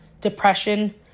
depression